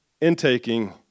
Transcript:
intaking